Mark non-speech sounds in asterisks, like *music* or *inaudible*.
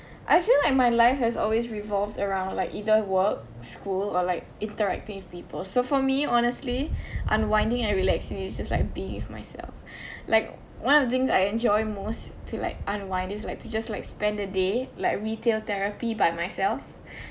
I feel like my life has revolve around like either work school or like interacting with people me honestly *breath* unwinding and relaxing is just like being with myself *breath* like one of the things I enjoy most to like unwind is like to just like spend a day like retail therapy by myself *breath*